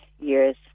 years